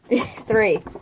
Three